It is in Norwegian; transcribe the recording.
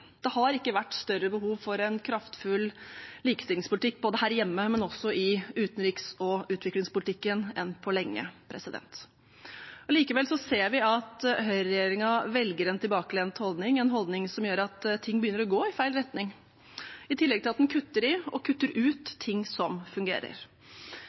Det har ikke vært større behov for en kraftfull likestillingspolitikk verken her hjemme eller i utenriks- og utviklingspolitikken på lenge. Allikevel ser vi at høyreregjeringa velger en tilbakelent holdning, en holdning som gjør at ting begynner å gå i feil retning, i tillegg til at den kutter i og kutter